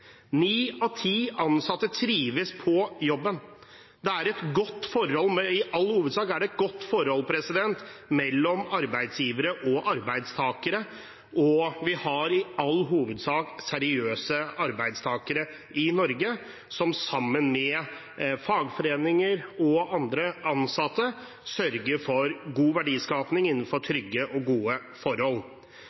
Ni av ti ansatte trives på jobben. I all hovedsak er det et godt forhold mellom arbeidsgivere og arbeidstakere. Vi har i all hovedsak seriøse arbeidstakere i Norge, som sammen med fagforeninger, ansatte og andre sørger for god verdiskaping innenfor trygge og gode forhold.